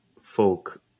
folk